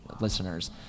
listeners